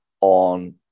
on